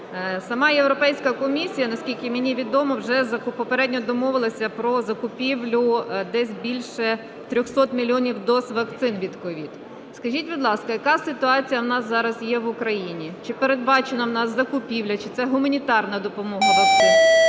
Сама Європейська комісія, наскільки мені відомо, вже попередньо домовилася про закупівлю десь більше 300 мільйонів доз вакцин від СOVID. Скажіть, будь ласка, яка ситуація у нас зараз є в Україні? Чи передбачена у нас закупівля? Чи це гуманітарна допомога – вакцини?